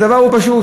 הדבר הוא פשוט,